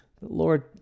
Lord